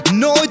no